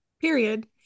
Period